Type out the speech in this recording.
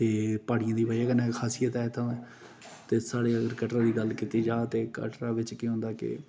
ते प्हाड़ियें दी बजह कन्नै खासियत ऐ ते साढ़े अल्ल कटरा दी गल्ल कीती जा ते कटरा बिच्च केह् होंदा के